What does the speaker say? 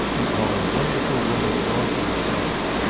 and our wonderful woman all to yourself.